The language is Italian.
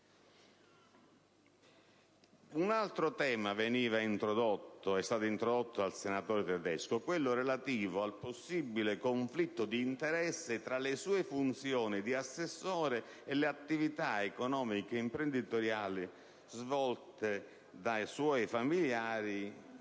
Un altro tema introdotto dal senatore Tedesco è quello relativo al possibile conflitto di interessi tra le sue funzioni di assessore e le attività economiche ed imprenditoriali svolte dai suoi familiari